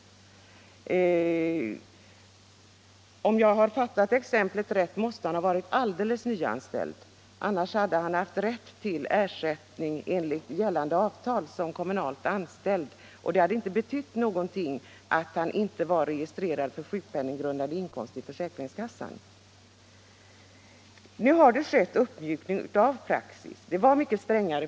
Om jag fattade exemplet rätt måste han ha varit alldeles nyanställd; annars hade han som kommunalanställd haft rätt till ersättning enligt gällande avtal, och det hade då inte betytt någonting att han inte var registrerad för sjukpenninggrundande inkomst i försäkringskassan. Nu har det skett en uppmjukning av praxis. Tidigare var det mycket strängare.